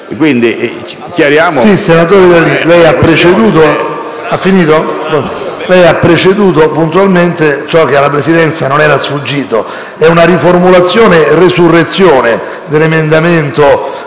Senatore D'Alì, lei ha preceduto puntualmente ciò che alla Presidenza non è sfuggito: è una riformulazione-resurrezione dell'emendamento